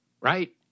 right